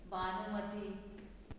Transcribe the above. Bhanumati